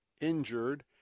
injured